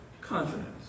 confidence